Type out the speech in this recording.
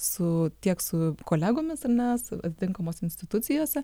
su tiek su kolegomis ar ne su tinkamose institucijose